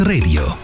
Radio